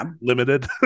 limited